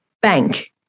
bank